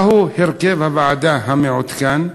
מהו הרכב הוועדה המעודכן?